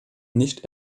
nicht